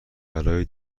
برای